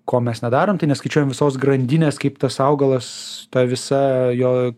ko mes nedarom tai neskaičiuojam visos grandinės kaip tas augalas ta visa jo